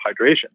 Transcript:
hydration